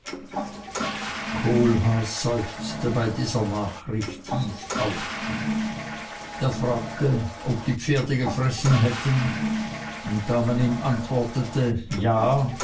kohlhaas seufzte bei dieser nachricht tief auf er fragte ob die pferde gefressen hätten und da man ihm antwortete ja